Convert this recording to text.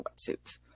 wetsuits